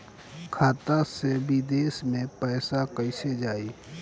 खाता से विदेश मे पैसा कईसे जाई?